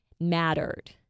mattered